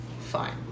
Fine